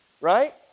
right